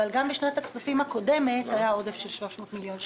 אבל גם בשנת הכספים הקודמת היה עודף של 300 מיליון שקלים.